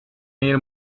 mehl